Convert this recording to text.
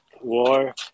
war